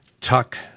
tuck